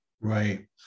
Right